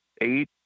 eight